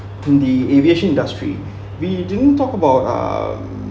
in the aviation industry we didn't talk about um